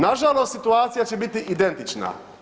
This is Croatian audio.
Nažalost, situacija će biti identična.